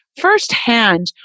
firsthand